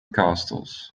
castles